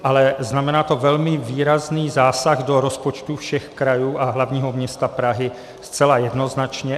Ale znamená to velmi výrazný zásah do rozpočtů všech krajů a hlavního města Prahy zcela jednoznačně.